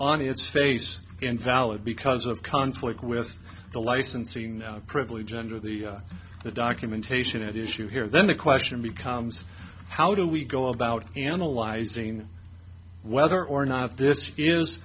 on its face invalid because of conflict with the licensing privily gender the the documentation at issue here then the question becomes how do we go about analyzing whether or not this is